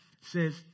says